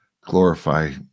glorify